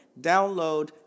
Download